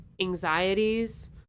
anxieties